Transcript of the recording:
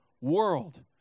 world